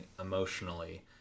emotionally